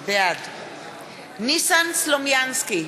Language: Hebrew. בעד ניסן סלומינסקי,